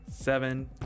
Seven